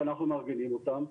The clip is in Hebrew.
שאנחנו מארגנים אותן,